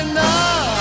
now